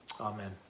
Amen